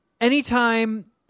Anytime